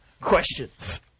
questions